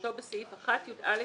כמשמעותו בסעיף 1(יא)(1)(א)